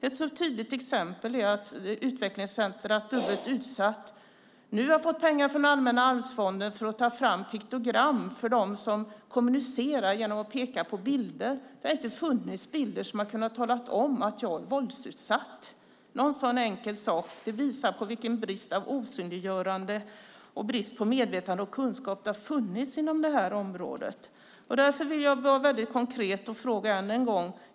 Ett tydligt exempel är att Utvecklingscentrum Dubbelt Utsatt nu har fått pengar från Allmänna arvsfonden för att ta fram piktogram för dem som kommunicerar genom att peka på bilder. Det har inte funnits bilder genom vilka de har kunnat tala om att de är våldsutsatta. En sådan enkel sak visar på den brist av synliggörande, medvetande och kunskap som har rått inom området. Därför vill jag vara konkret och ta upp frågan än en gång.